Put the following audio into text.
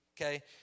okay